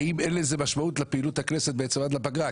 האם אין לזה משמעות על פעילות הכנסת בזמן הפגרה?